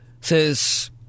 says